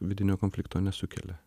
vidinio konflikto nesukelia